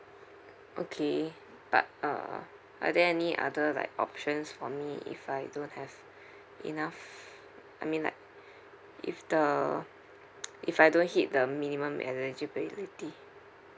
okay but uh are there any other like options for me if I don't have enough I mean like if the if I don't hit the minimum eligibility